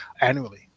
annually